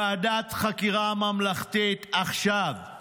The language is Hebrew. ועדת חקירה ממלכתית, עכשיו";